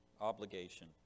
obligation